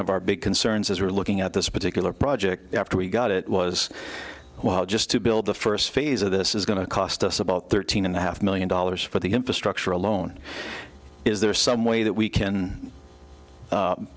of our big concerns as we're looking at this particular project after we got it was just to build the first phase of this is going to cost us about thirteen and a half million dollars for the infrastructure alone is there some way that we can